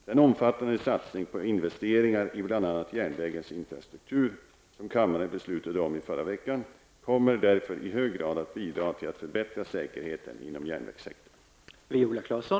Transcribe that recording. Den omfattande satsning på investeringar i bl.a. järnvägens infrastruktur som kammaren beslutade om i förra veckan kommer därför i hög grad att bidra till att förbättra säkerheten inom järnvägssektorn.